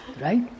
Right